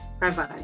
Bye-bye